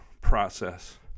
process